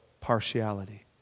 partiality